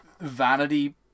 vanity